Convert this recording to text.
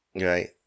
Right